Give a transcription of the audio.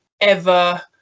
ever-